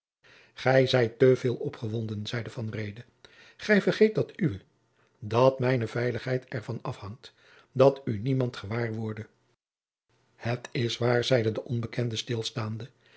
gij zijt te veel opgewonden zeide van reede gij vergeet dat uwe dat mijne veiligheid er van afhangt dat u niemand gewaar worde het is waar zeide de onbekende stil